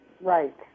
Right